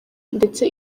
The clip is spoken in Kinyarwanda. ndetse